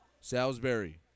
Salisbury